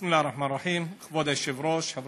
תנסה, חבר